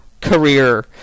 Career